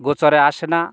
গোচরে আসে না